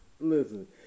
Listen